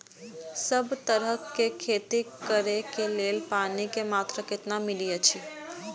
सब तरहक के खेती करे के लेल पानी के मात्रा कितना मिली अछि?